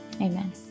Amen